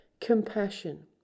compassion